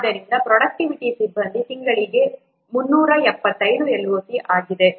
ಆದ್ದರಿಂದ ಪ್ರೊಡಕ್ಟಿವಿಟಿ ಸಿಬ್ಬಂದಿ ತಿಂಗಳಿಗೆ 375 LOC ಆಗಿದೆ